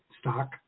stock